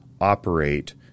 operate